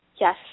Yes